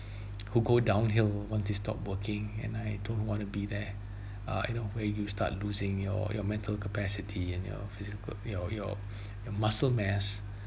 who go downhill once they stop working and I don't want to be there uh you know where you start losing your your mental capacity and your physical your your your muscle mass